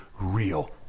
real